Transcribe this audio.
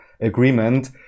agreement